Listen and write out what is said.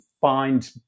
find